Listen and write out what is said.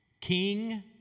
King